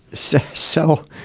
so so,